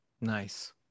Nice